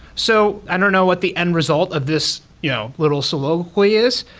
so i don't know what the end result of this yeah little soliloquy is,